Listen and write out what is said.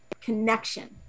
connection